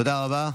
תודה רבה.